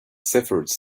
shepherds